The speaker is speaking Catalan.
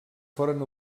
foren